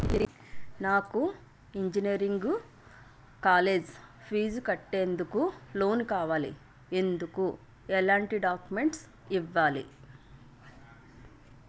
నాకు engineering college fee కట్టేందుకు loan కావాలి, ఎందుకు ఎలాంటి డాక్యుమెంట్స్ ఇవ్వాలి?